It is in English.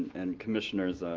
and commissioners.